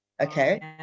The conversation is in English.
Okay